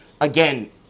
Again